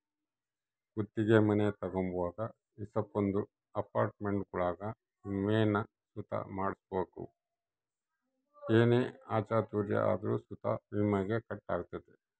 ಗುತ್ತಿಗೆ ಮನೆ ತಗಂಬುವಾಗ ಏಸಕೊಂದು ಅಪಾರ್ಟ್ಮೆಂಟ್ಗುಳಾಗ ವಿಮೇನ ಸುತ ಮಾಡ್ಸಿರ್ಬಕು ಏನೇ ಅಚಾತುರ್ಯ ಆದ್ರೂ ಸುತ ವಿಮೇಗ ಕಟ್ ಆಗ್ತತೆ